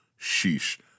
sheesh